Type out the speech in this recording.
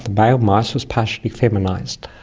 the male mice, was partially feminised.